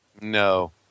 No